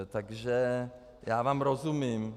Takže já vám rozumím.